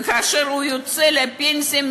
וכאשר הוא יוצא לפנסיה,